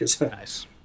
Nice